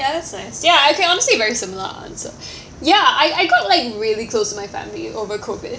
ya that's nice ya okay honestly very similar answer ya I I got like really close to my family over COVID